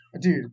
Dude